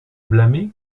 blâmer